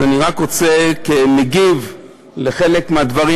אני רוצה להגיב רק על חלק מהדברים,